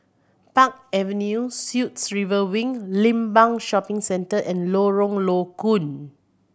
Park Avenue Suites River Wing Limbang Shopping Centre and Lorong Low Koon